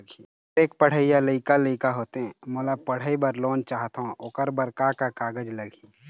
मेहर एक पढ़इया लइका लइका होथे मोला पढ़ई बर लोन चाहथों ओकर बर का का कागज लगही?